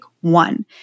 one